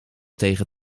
tegen